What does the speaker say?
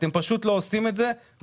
אתם פשוט לא עושים את זה וחבל.